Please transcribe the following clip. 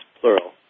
plural